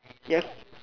they're